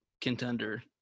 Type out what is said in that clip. contender